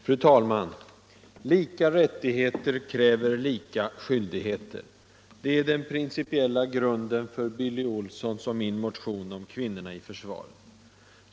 Fru talman! Lika rättigheter kräver lika skyldigheter. Det är den principiella grunden för Billy Olssons och min motion om kvinnorna i försvaret.